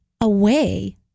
away